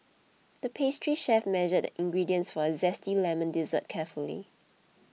the pastry chef measured the ingredients for a Zesty Lemon Dessert carefully